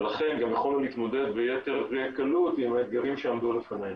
ולכן גם יכולנו להתמודד ביתר קלות עם האתגרים שעמדו בפנינו.